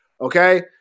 Okay